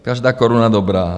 Každá koruna dobrá.